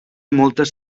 moltes